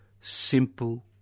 Simple